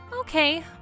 Okay